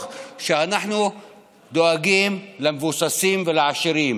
הוא שאנחנו דואגים למבוססים ולעשירים.